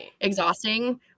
exhausting